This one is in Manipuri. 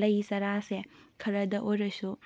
ꯂꯩ ꯆꯥꯔꯥꯁꯦ ꯈꯔꯗ ꯑꯣꯏꯔꯁꯨ